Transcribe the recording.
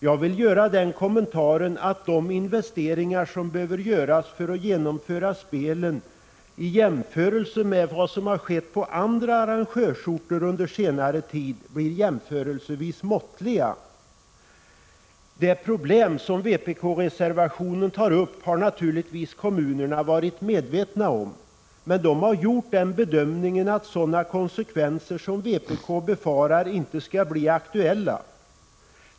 Jag vill göra den kommentaren att de investeringar som behöves för att genomföra spelen blir ganska måttliga i jämförelse med vad som skett på en del andra arrangörsorter under senare tid. Det problem som vpk-reservationen tar upp har naturligtvis kommunerna varit medvetna om, men de har gjort den bedömningen att sådana konsekvenser som vpk befarar inte skall bli aktuella.